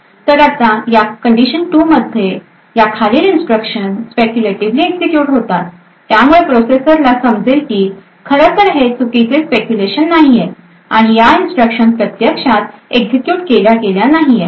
तर या कंडिशन 2 मध्ये ह्या खालील इन्स्ट्रक्शन स्पेक्युलेटीवली एक्झिक्युट होतात त्यामुळे प्रोसेसरला समजेल की खरंतर हे चुकीचे स्पेक्युलेशन नाही आहे आणि या इंस्ट्रक्शन प्रत्यक्षात एक्झिक्युट केल्या गेल्या नाहीये